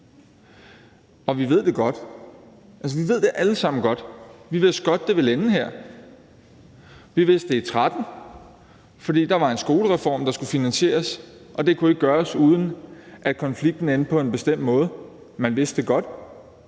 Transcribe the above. og vi ved det godt. Vi ved det allesammen godt. Vi vidste godt, at det ville ende her. Vi vidste det i 2013, for da var der en skolereform, der skulle finansieres, og det kunne ikke gøres, uden at konflikten endte på en bestemt måde. Man vidste det godt,